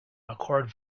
mccord